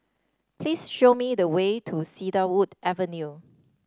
please show me the way to Cedarwood Avenue